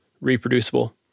reproducible